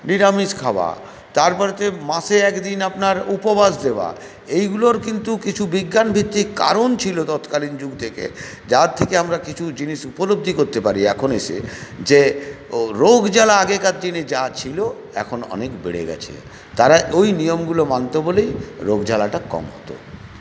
নিরামিষ খাওয়া তারপরেতে মাসে একদিন আপনার উপবাস দেওয়া এইগুলোর কিন্তু কিছু বিজ্ঞানভিত্তিক কারণ ছিল তৎকালীন যুগ থেকে যার থেকে আমরা কিছু জিনিস উপলব্ধি করতে পারি এখন এসে যে রোগজ্বালা আগেকার দিনে যা ছিল এখন অনেক বেড়ে গেছে তারা ওই নিয়মগুলো মানতো বলেই রোগজ্বালাটা কম হতো